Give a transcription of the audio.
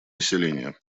населения